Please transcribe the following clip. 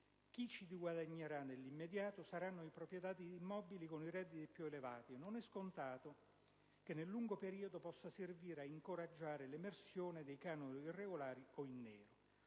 Chi ci guadagnerà nell'immediato saranno i proprietari di immobili con i redditi più elevati e non è scontato che, nel lungo periodo, possa servire a incoraggiare l'emersione dei canoni irregolari o in nero.